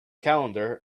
calendar